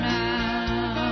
now